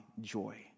joy